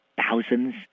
thousands